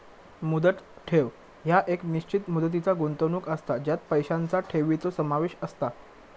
मुदत ठेव ह्या एक निश्चित मुदतीचा गुंतवणूक असता ज्यात पैशांचा ठेवीचो समावेश असता